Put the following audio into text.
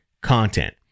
content